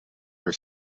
her